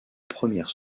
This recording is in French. première